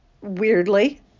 weirdly